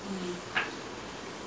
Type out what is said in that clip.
there's one indian family there